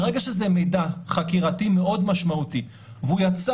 ברגע שזה מידע חקירתי מאוד משמעותי והוא יצא